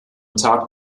tag